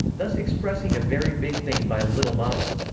thus expressing a very big thing by a little model.